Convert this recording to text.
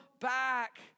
back